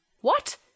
What